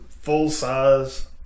full-size